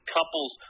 Couples